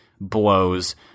blows